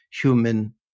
human